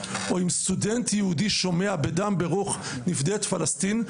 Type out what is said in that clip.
או אם סטודנט יהודי שומע בדם ורוח נפדה את פלשתין,